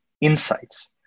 insights